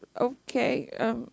okay